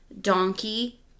donkey